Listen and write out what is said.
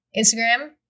Instagram